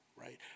right